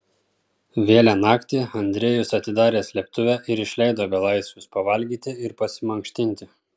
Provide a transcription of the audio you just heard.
vėlią naktį andrejus atidarė slėptuvę ir išleido belaisvius pavalgyti ir pasimankštinti